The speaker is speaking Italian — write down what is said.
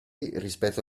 rispetto